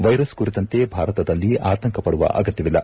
virus ಕುರಿತಂತೆ ಭಾರತದಲ್ಲಿ ಆತಂಕಪಡುವ ಅಗತ್ಯವಿಲ್ಲ